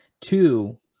Two